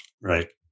Right